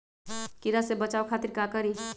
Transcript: कीरा से बचाओ खातिर का करी?